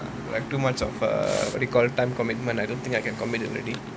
if too much of err what you call time commitment I don't think I can commit already